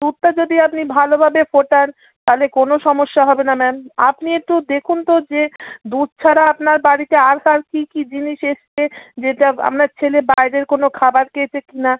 দুধটা যদি আপনি ভালোভাবে ফোটান তাহলে কোনো সমস্যা হবে না ম্যাম আপনি একটু দেখুন তো যে দুধ ছাড়া আপনার বাড়িতে আর কার কী কী জিনিস এসছে যেটা আপনার ছেলে বাইরের কোনো খাবার খেয়েছে কি না